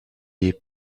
est